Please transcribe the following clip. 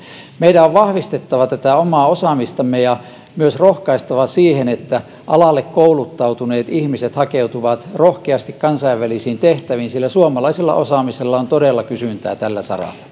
meidän on vahvistettava omaa osaamistamme ja myös rohkaistava siihen että alalle kouluttautuneet ihmiset hakeutuvat rohkeasti kansainvälisiin tehtäviin sillä suomalaisella osaamisella on todella kysyntää tällä saralla